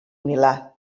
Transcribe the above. milà